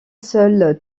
seule